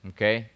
Okay